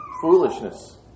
foolishness